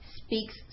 speaks